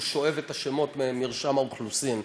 הוא שואב את השמות ממרשם האוכלוסין.